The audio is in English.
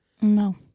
No